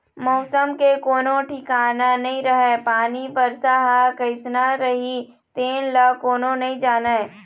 मउसम के कोनो ठिकाना नइ रहय पानी, बरसा ह कइसना रही तेन ल कोनो नइ जानय